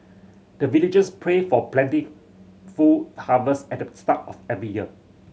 the villagers pray for plentiful harvest at the start of every year